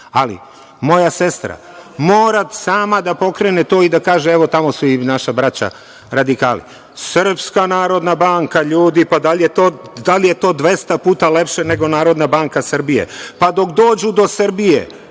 Ali, moja sestra mora sama da pokrene to i da kaže – Srpska narodna banka, ljudi, pa da li je to 200 puta lepše nego Narodna banka Srbije? Pa, dok dođu do Srbije,